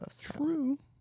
True